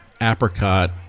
apricot